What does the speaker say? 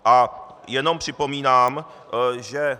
A jenom připomínám, že...